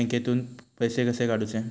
बँकेतून पैसे कसे काढूचे?